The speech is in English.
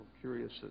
curious